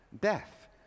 death